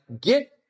get